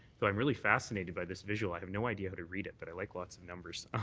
so i'm really fascinated by this visual, i have no idea how to read it but i like lots of numbers,